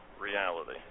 reality